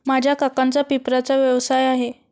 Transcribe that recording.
माझ्या काकांचा पेपरचा व्यवसाय आहे